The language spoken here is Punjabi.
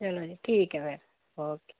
ਚਲੋ ਜੀ ਠੀਕ ਹੈ ਫਿਰ ਓਕੇ